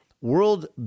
World